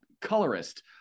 colorist